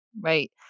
right